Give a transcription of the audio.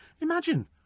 Imagine